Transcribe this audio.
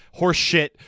horseshit